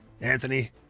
Anthony